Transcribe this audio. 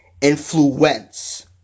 Influence